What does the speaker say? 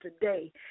today